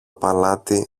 παλάτι